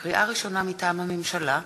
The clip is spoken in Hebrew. לקריאה ראשונה, מטעם הממשלה: